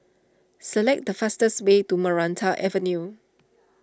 select the fastest way to Maranta Avenue